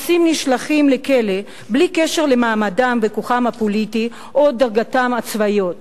אנסים נשלחים לכלא בלי קשר למעמדם וכוחם הפוליטי או דרגתם הצבאית.